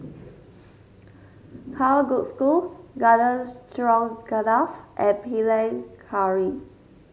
Kalguksu Garden Stroganoff and Panang Curry